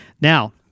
Now